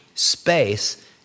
Space